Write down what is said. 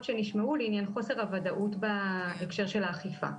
שנשמעו לעניין חוסר הוודאות בהקשר של האכיפה.